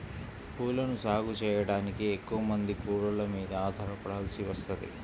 పూలను సాగు చెయ్యడానికి ఎక్కువమంది కూలోళ్ళ మీద ఆధారపడాల్సి వత్తది